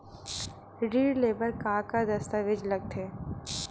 ऋण ले बर का का दस्तावेज लगथे?